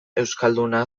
euskalduna